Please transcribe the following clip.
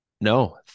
no